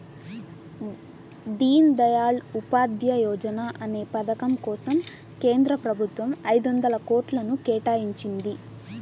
దీన్ దయాళ్ ఉపాధ్యాయ యోజనా అనే పథకం కోసం కేంద్ర ప్రభుత్వం ఐదొందల కోట్లను కేటాయించింది